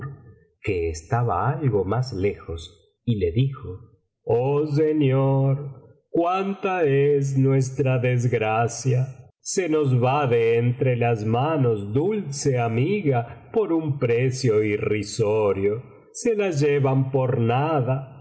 que estaba algo más lejos y le dijo oh señor cuánta es nuestra desgracia se nos va de entre las manos dulce amiga por un precio irrisorio se la llevan por nada